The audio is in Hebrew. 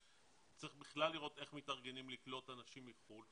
צריך בכלל לראות איך מתארגנים לקלוט אנשים מחו"ל.